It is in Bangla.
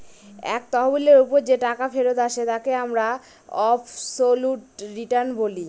এক তহবিলের ওপর যে টাকা ফেরত আসে তাকে আমরা অবসোলুট রিটার্ন বলি